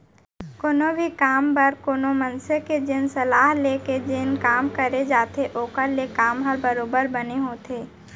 कोनो भी काम बर कोनो मनसे के जेन सलाह ले के जेन काम करे जाथे ओखर ले काम ह बरोबर बने होथे